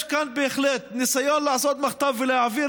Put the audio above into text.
יש כאן בהחלט ניסיון לעשות מחטף ולהעביר